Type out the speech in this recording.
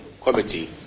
Committee